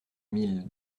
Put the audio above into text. mille